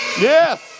Yes